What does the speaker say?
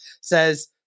says